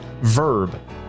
Verb